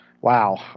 Wow